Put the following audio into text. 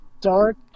dark